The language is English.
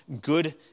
good